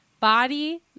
body